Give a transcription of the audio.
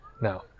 Now